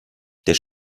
der